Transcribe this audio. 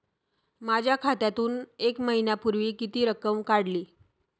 माझ्या खात्यातून एक महिन्यापूर्वी किती रक्कम काढली?